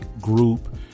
group